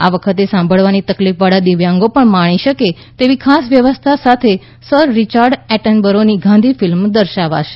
આ વખતે સાંભળવાની તકલીફવાળા દિવ્યાંગો પણ માણી શકે તેવી ખાસ વ્યવસ્થા સાથે સર રિચાર્ડ એટેનબરોની ગાંધી ફિલ્મ દર્શાવાશે